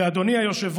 וכן, אדוני היושב-ראש,